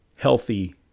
healthy